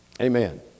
Amen